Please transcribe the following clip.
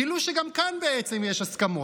גילו שגם כאן בעצם יש הסכמות.